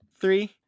Three